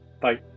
Bye